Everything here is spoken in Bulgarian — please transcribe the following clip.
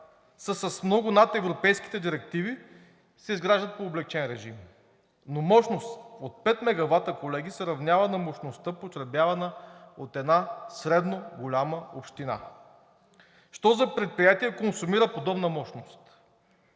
с много над европейските директиви, се изграждат по облекчен режим, но мощност от пет мегавата, колеги, се равнява на мощността, потребявана от една средно голяма община. Що за предприятие консумира подобна мощност?